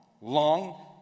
long